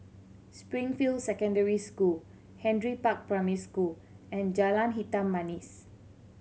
Springfield Secondary School Henry Park Primary School and Jalan Hitam Manis